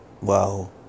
Wow